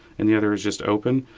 and the other is just open.